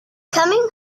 coming